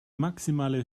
maximale